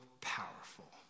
powerful